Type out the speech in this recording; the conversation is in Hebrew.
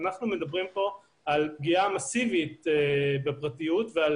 אנחנו מדברים פה על פגיעה מסיבית בפרטיות ועל